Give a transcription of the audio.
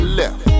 left